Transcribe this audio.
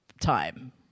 time